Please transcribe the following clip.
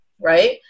Right